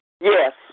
Yes